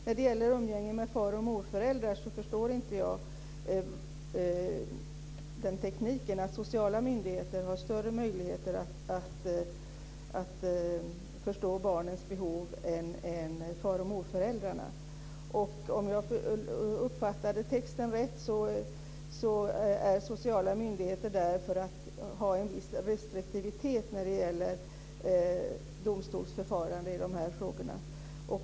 När det gäller umgänge med far och morföräldrarna förstår jag inte tanken att sociala myndigheter har större möjligheter att förstå barnens behov än faroch morföräldrarna. Om jag uppfattade texten rätt är sociala myndigheter där för att ge en viss restriktivitet när det gäller domstolsförfarande i de här frågorna.